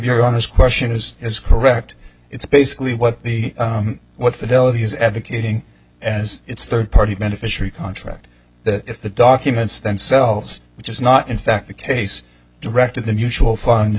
your honest question is is correct it's basically what the what fidelity is advocating as its third party beneficiary contract that if the documents themselves which is not in fact the case directed the mutual fund